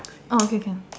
orh okay can